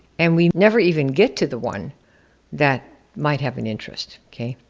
and we never even get to the one that might have an interest, okay.